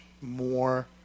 more